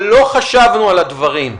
לא חשבנו על הדברים,